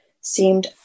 seemed